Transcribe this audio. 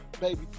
baby